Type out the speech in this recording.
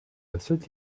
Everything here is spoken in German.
östlich